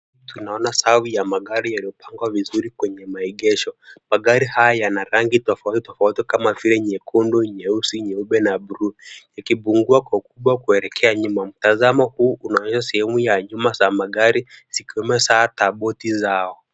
Tunaona safu ya magari yaliyopangwa vizuri kwenye maegesho. Magari haya yana rangi tofauti tofauti kama vile nyekundu, nyeusi, nyeupe na bluu ikipungua kwa ukubwa kuelekea nyuma, Mtazamo huu unaonyesha sehemu ya chuma za magari zikiwema za tovuti zao.